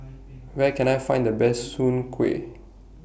Where Can I Find The Best Soon Kway